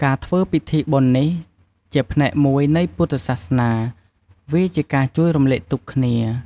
ការធ្វើពិធីបុណ្យនេះ ជាផ្នែកមួយនៃពុទ្ឋសាសនា វាជាការជួយរំលែកទុក្ខគ្នា។